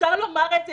אפשר לומר את זה,